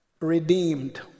redeemed